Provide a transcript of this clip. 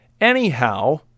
anyhow